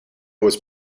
was